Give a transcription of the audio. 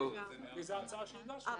דעתי ההצעה שהגשנו.